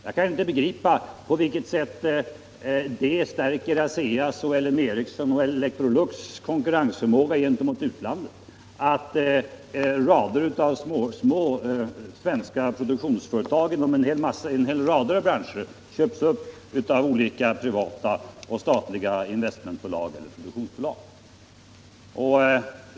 Jag kan inte begripa på vilket sätt det stärker ASEA:s, L M Ericssons och Electrolux konkur rensförmåga gentemot utlandet att rader av små svenska företag inom en hel rad branscher köps upp av olika privata och statliga investmentbolag eller produktionsbolag.